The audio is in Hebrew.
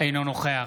אינו נוכח